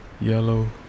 yellow